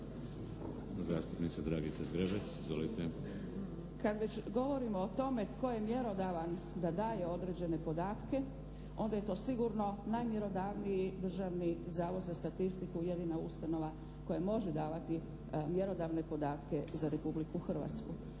**Zgrebec, Dragica (SDP)** Kada već govorimo o tome tko je mjerodavan da daje određene podatke, onda je to sigurno najmjerodavniji Državni zavod za statistiku, jedina ustanova koja može davati mjerodavne podatke za Republiku Hrvatsku.